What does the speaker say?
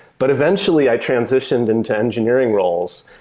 but eventually i transitioned into engineering roles.